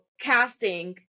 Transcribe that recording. casting